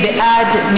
מי בעד?